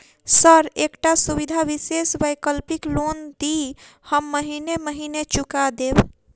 Sir एकटा सुविधा विशेष वैकल्पिक लोन दिऽ हम महीने महीने चुका देब?